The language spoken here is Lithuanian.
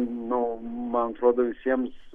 nu man atrodo visiems